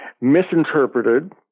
misinterpreted